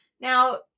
Now